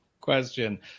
question